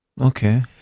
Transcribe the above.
okay